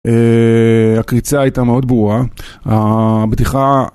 הקריצה הייתה מאוד ברורה, הבדיחה...